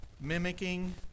Mimicking